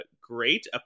great